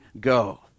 go